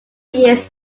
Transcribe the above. years